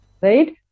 Right